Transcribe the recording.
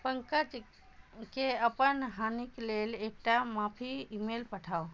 पङ्कजकेँ अपन हानिक लेल एकटा माफी ई मेल पठाउ